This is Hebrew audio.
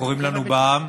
קורים לנו בעם.